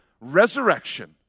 resurrection